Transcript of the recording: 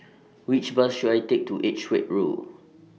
Which Bus should I Take to Edgeware Road